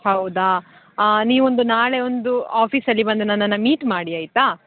ಹೌದಾ ನೀವೊಂದು ನಾಳೆ ಒಂದು ಆಫೀಸಲ್ಲಿ ಬಂದು ನನ್ನನ್ನು ಮೀಟ್ ಮಾಡಿ ಆಯಿತಾ